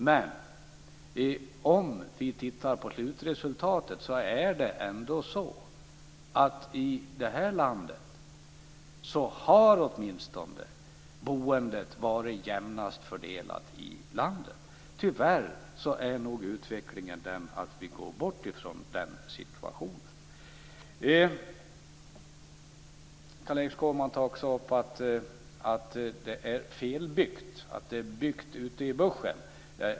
Men om vi tittar på slutresultatet har boendet varit jämnt fördelat i det här landet. Tyvärr är utvecklingen att vi kommer bort från den situationen. Carl-Erik Skårman tar också upp att det har byggts fel, bl.a. ute i bushen.